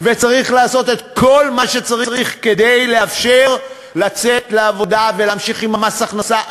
וצריך לעשות את כל מה שצריך כדי לאפשר לצאת לעבודה ולהמשיך עם מס הכנסה,